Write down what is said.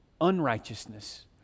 unrighteousness